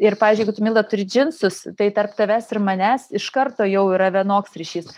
ir pavyzdžiui jeigu tu milda turi džinsus tai tarp tavęs ir manęs iš karto jau yra vienoks ryšys